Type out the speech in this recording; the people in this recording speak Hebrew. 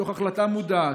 מתוך החלטה מודעת,